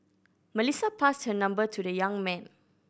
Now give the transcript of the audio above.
Melissa passed her number to the young man